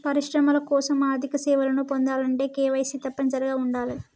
పరిశ్రమల కోసం ఆర్థిక సేవలను పొందాలంటే కేవైసీ తప్పనిసరిగా ఉండాలే